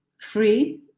free